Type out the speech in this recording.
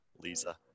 Lisa